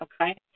Okay